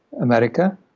America